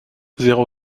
zéro